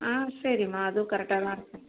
ஆ சரிமா அதுவும் கரெக்ட்டாக தான் இருக்கும்